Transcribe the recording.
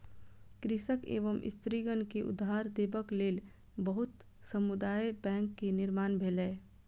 कृषक एवं स्त्रीगण के उधार देबक लेल बहुत समुदाय बैंक के निर्माण भेलै